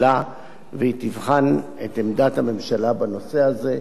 והיא תבחן את עמדת הממשלה בנושא הזה לאחר